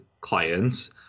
clients